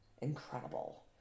incredible